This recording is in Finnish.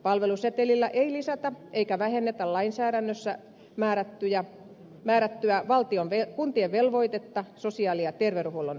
palvelusetelillä ei lisätä eikä vähennetä lainsäädännössä määrättyä kuntien velvoitetta sosiaali ja terveydenhuollon järjestämiseen